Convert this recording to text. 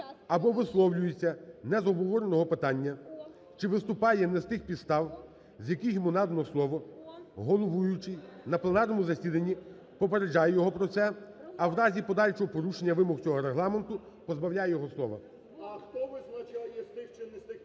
або висловлюється не з обговореного питання, чи виступає не з тих підстав, з яких йому надано слово, головуючий на пленарному засіданні попереджає його про це, а в разі подальшого порушення вимогу цього Регламенту позбавляє його слова. ЛЯШКО О.В. А хто визначає, з тих чи не з тих підстав